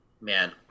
Man